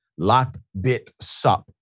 LockBitSup